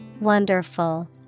Wonderful